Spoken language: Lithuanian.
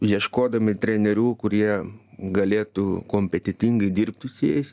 ieškodami trenerių kurie galėtų kompetentingai dirbti su jais